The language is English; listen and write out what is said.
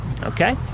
Okay